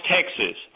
Texas